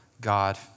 God